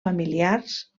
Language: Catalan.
familiars